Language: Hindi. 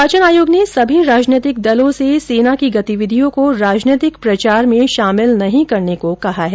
निर्वाचन आयोग ने सभी राजनीतिक दलों से सेना की गतिविधियों को राजनीतिक प्रचार में शामिल नहीं करने को कहा है